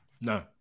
No